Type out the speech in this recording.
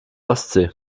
ostsee